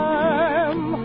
Time